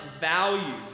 value